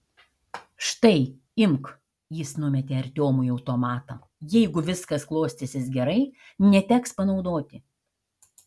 štai imk jis numetė artiomui automatą jeigu viskas klostysis gerai neteks panaudoti